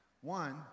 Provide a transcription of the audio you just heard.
One